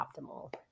optimal